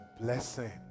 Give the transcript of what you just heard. blessing